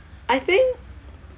I think